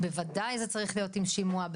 בוודאי זה צריך להיות עם שימוע,